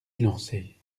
élancée